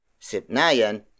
sipnayan